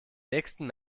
nächsten